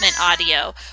audio